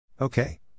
Okay